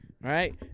Right